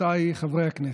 רבותיי חברי הכנסת,